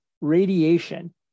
radiation